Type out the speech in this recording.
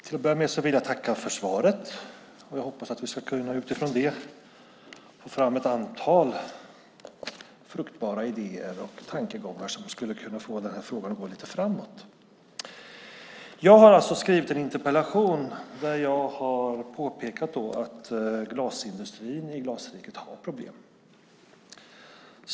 Herr talman! Till att börja med tackar jag för svaret. Jag hoppas att vi utifrån det ska kunna få fram ett antal fruktbara idéer och tankegångar som skulle kunna få denna fråga att gå lite framåt. Jag har alltså skrivit en interpellation där jag har påpekat att glasindustrin i Glasriket har problem.